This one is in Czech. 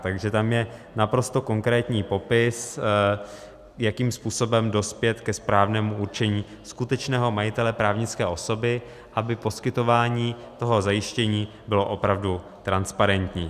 Takže tam je naprosto konkrétní popis, jakým způsobem dospět ke správnému určení skutečného majitele právnické osoby, aby poskytování toho zajištění bylo opravdu transparentní.